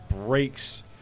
breaks